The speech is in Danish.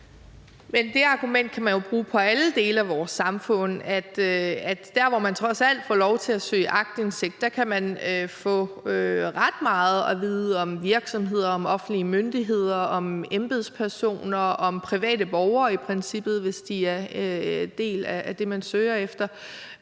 det argument kan man jo bruge i forhold til alle dele af vores samfund, altså at dér, hvor man trods alt får lov til at søge aktindsigt, kan man få ret meget at vide om virksomheder, om offentlige myndigheder, om embedspersoner og i princippet om private borgere, hvis de er en del af det, man søger efter.